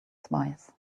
spies